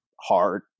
hard